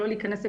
רוצה